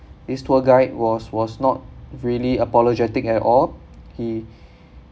this tour guide was was not really apologetic at all he